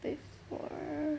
before